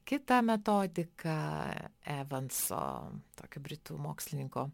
kitą metodiką evanso tokio britų mokslininko